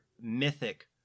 mythic